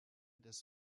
des